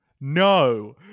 No